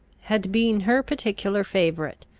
had been her particular favourite.